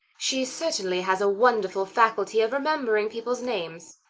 she certainly has a wonderful faculty of remembering people's names,